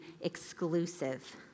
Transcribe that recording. exclusive